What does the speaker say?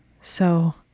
so